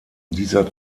dieser